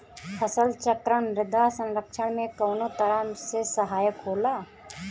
फसल चक्रण मृदा संरक्षण में कउना तरह से सहायक होला?